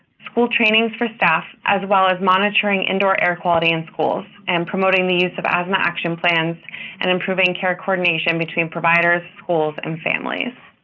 school training for staff, as well as monitoring indoor air quality in schools and promoting the use of asthma action plans and improving care coordination between providers, schools and families.